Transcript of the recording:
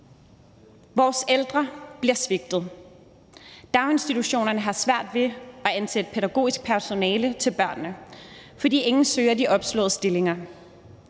Vores ældre bliver svigtet, daginstitutionerne har svært ved at ansætte pædagogisk personale til børnene, fordi ingen søger de opslåede stillinger.